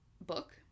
book